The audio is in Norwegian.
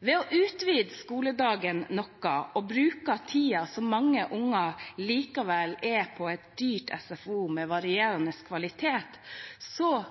Ved å utvide skoledagen noe og bruke tiden da mange unger likevel er på et dyrt SFO med varierende kvalitet,